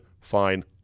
fine